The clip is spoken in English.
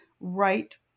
right